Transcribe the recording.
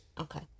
Okay